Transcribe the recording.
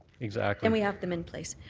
exactly. then we have them in place.